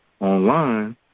online